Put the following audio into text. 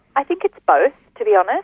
i think it's both, to be honest.